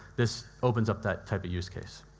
this opens up that type of use case.